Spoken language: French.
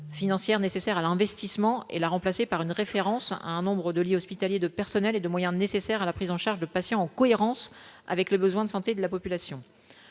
financières nécessaires à l'investissement et la remplacer par une référence à un nombre de lits hospitaliers, de personnel et de moyens nécessaires à la prise en charge de patients en cohérence avec les besoins de santé de la population,